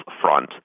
front